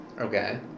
Okay